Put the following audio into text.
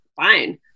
fine